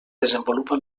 desenvolupa